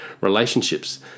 Relationships